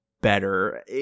better